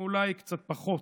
אולי קצת פחות,